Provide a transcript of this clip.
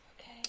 Okay